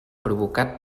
provocat